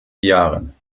jahren